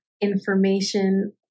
information